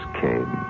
came